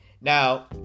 Now